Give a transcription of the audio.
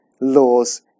laws